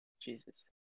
Jesus